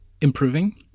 improving